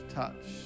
touch